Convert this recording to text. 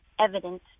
evidence